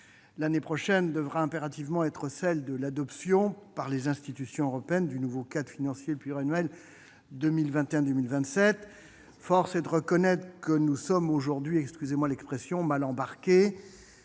L'année prochaine devra impérativement être celle de l'adoption par les institutions européennes du nouveau cadre financier pluriannuel 2021-2027. Force est de reconnaître que nous sommes aujourd'hui mal embarqués.